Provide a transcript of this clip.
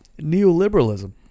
neoliberalism